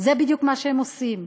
זה בדיוק מה שהם עושים.